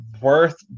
worth